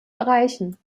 erreichen